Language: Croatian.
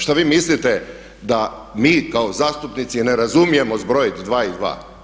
Šta vi mislite da mi kao zastupnici ne razumijemo zbrojiti 2 i 2?